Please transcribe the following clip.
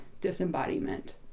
disembodiment